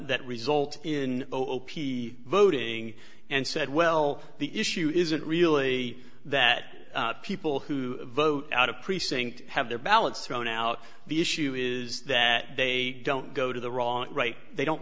that result in o o p voting and said well the issue isn't really that people who vote out of precinct have their ballots thrown out the issue is that they don't go to the wrong right they don't